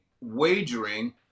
wagering